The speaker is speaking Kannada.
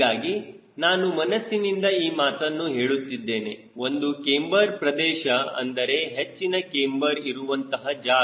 ಹೀಗಾಗಿ ನಾನು ಮನಸ್ಸಿನಿಂದ ಈ ಮಾತನ್ನು ಹೇಳುತ್ತಿದ್ದೇನೆ ಒಂದು ಕ್ಯಾಮ್ಬರ್ ಪ್ರದೇಶ ಅಂದರೆ ಹೆಚ್ಚಿನ ಕ್ಯಾಮ್ಬರ್ ಇರುವಂತಹ ಜಾಗ